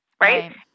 Right